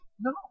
No